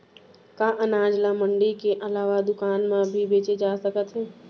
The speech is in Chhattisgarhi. का अनाज ल मंडी के अलावा दुकान म भी बेचे जाथे सकत हे?